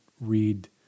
read